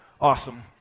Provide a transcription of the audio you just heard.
awesome